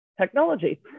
technology